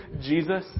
Jesus